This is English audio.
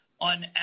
on